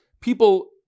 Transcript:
people